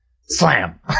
Slam